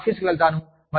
నేను ఆఫీసుకు వెళ్తాను